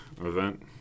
event